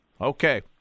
Okay